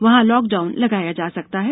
वहां लॉकडाउन लगाया जा सकता है